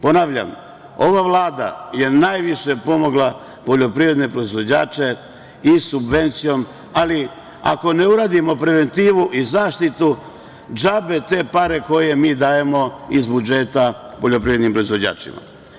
Ponavljam, ova Vlada je najviše pomogla poljoprivredne proizvođače i subvencijom, ali ako ne uradimo preventivu i zaštitu, džabe te pare koje mi dajemo iz budžeta poljoprivrednim proizvođačima.